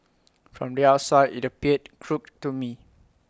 from the outside IT appeared crooked to me